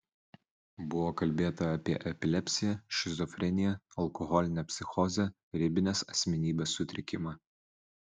buvo kalbėta apie epilepsiją šizofreniją alkoholinę psichozę ribinės asmenybės sutrikimą